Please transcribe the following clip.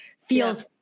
feels